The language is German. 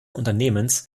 unternehmens